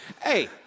Hey